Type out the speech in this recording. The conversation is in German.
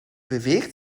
bewegt